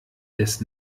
des